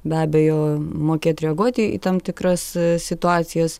be abejo mokėt reaguoti į tam tikras situacijas